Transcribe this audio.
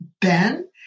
Ben